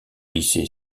lycée